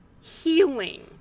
healing